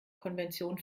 konvention